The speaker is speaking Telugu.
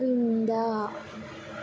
క్రిందా